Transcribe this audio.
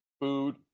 food